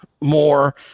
more